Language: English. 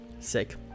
sick